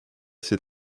s’est